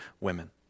women